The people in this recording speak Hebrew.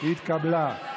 אנחנו עושים הצבעה.